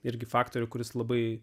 irgi faktorių kuris labai